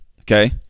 Okay